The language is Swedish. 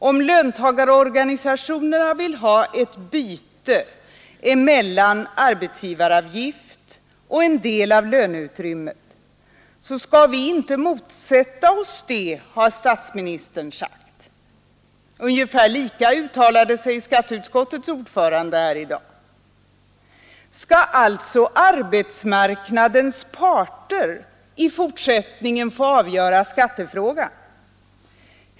Om löntagarorganisationerna vill ha ett byte mellan arbetsgivaravgift och en del av löneutrymmet skall vi inte motsätta oss det, har statsministern sagt. Ungefär på samma sätt uttalade sig skatteutskottets Måndagen den ordförande i dag. Skall alltså arbetsmarknadens parter i fortsättningen få 4 juni 1973 avgöra skattefrågan?